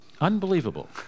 Unbelievable